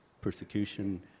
persecution